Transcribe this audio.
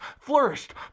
flourished